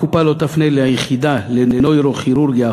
הקופה לא תפנה ליחידה החדשה לנוירוכירורגיה,